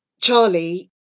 Charlie